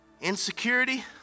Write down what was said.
Insecurity